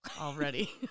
already